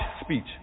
speech